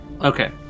Okay